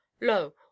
Lo